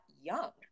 young